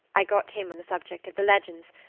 i got him on the subject of the legends,